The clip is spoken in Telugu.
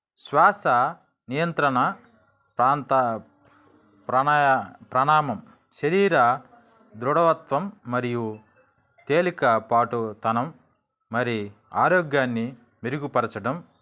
శ్వాస నియంత్రణ ప్రాణాయామం శరీర దృఢత్వం మరియు తేలికపాటుతనం మరియు ఆరోగ్యాన్ని మెరుగుపరచడం